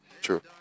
True